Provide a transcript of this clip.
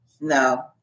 No